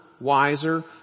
wiser